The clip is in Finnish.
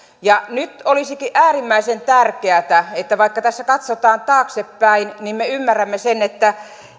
nyt olisikin äärimmäisen tärkeätä että vaikka tässä katsotaan taaksepäin niin me ymmärrämme sen että